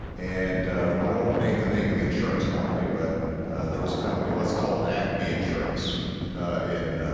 and i won't name the name of the insurance company, but there was a company let's call it acme insurance in